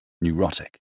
neurotic